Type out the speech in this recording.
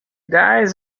dies